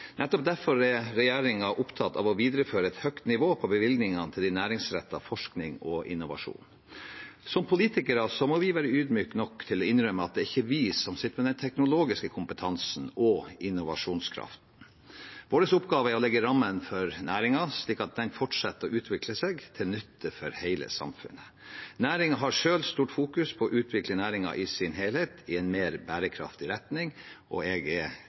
Nettopp derfor er regjeringen opptatt av å videreføre et høyt nivå på bevilgningene til næringsrettet forskning og innovasjon. Som politikere må vi være ydmyke nok til å innrømme at det ikke er vi som sitter med den teknologiske kompetansen og innovasjonskraften. Vår oppgave er å legge rammene for næringen, slik at den fortsetter å utvikle seg til nytte for hele samfunnet. Næringen fokuserer selv sterkt på å utvikle næringen i sin helhet i en mer bærekraftig retning, og jeg er